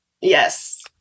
Yes